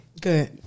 Good